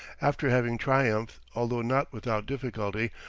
after having triumphed, although not without difficulty,